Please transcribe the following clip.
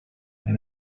may